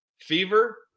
fever